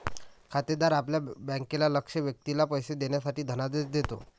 खातेदार आपल्या बँकेला लक्ष्य व्यक्तीला पैसे देण्यासाठी धनादेश देतो